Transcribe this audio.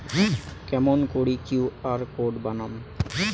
কেমন করি QR code বানাম?